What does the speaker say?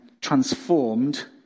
transformed